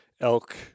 elk